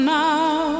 now